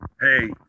Hey